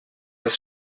das